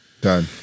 Done